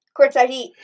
courtsideheat